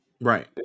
Right